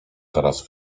teraz